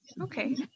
okay